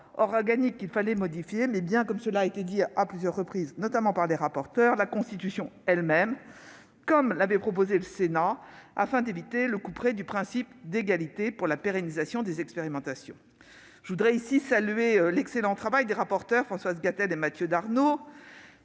loi organique qu'il fallait modifier, mais aussi, comme cela a été dit à plusieurs reprises, notamment par les corapporteurs, la Constitution elle-même, ainsi que l'a proposé le Sénat, afin d'éviter le couperet du principe d'égalité pour la pérennisation des expérimentations. Je veux ici saluer l'excellent travail des corapporteurs, Françoise Gatel et Mathieu Darnaud,